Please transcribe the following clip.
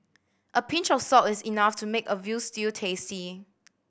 a pinch of salt is enough to make a veal stew tasty